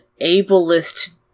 ableist